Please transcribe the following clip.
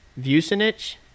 Vucinich